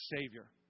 Savior